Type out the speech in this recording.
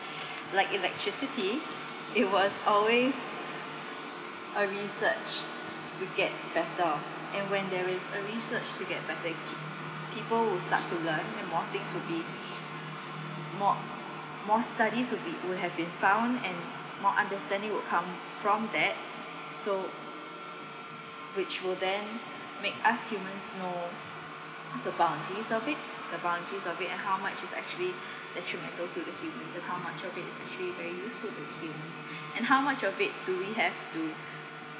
like electricity it was always a research to get better and when there is a research to get better it keep people will start to learn and more things would be more more studies would be would have been found and more understanding would come from that so which would then make us humans know the boundaries of it the boundaries of it and how much it's actually actually matter to the human and how much of it is actually very useful to the human and how much of it do we have to